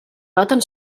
baten